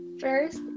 First